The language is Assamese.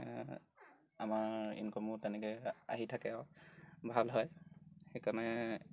আমাৰ ইনকমো তেনেকৈ আহি থাকে আৰু ভাল হয় সেইকাৰণে